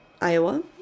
Iowa